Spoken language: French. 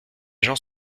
gens